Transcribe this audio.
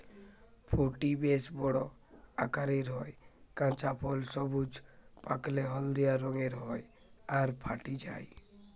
ফুটি বেশ বড় আকারের হয়, কাঁচা ফল সবুজ, পাকলে হলদিয়া রঙের হয় আর ফাটি যায়